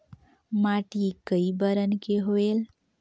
माटी कई बरन के होयल?